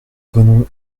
venons